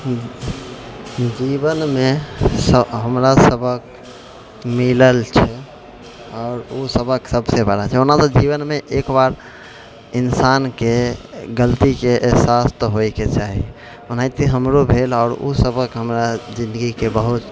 जीवनमे हमरा सबक मिलल छै आओर ओ सबक सबसँ बड़ा छै ओना तऽ जीवनमे एकबार इन्सानके गलतीके एहसास तऽ होइके चाही ओनाहिते हमरो भेल आओर ओ सबक हमरा जिन्दगीके बहुत